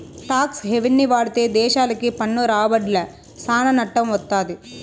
talks హెవెన్ని వాడితే దేశాలకి పన్ను రాబడ్ల సానా నట్టం వత్తది